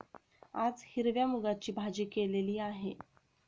आज हिरव्या मूगाची भाजी केलेली आहे